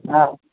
হ্যাঁ